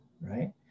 right